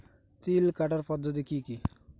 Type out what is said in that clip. তিল কাটার পদ্ধতি কি কি?